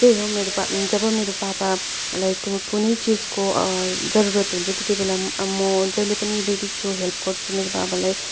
त्यही हो मेरो पा जब मेरो पापालाई कुनै चिजको जरुरत हुन्छ त्यति बेला म जहिले पनि रेडी छु हेल्प गर्छु मेरो बाबालाई